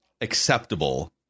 acceptable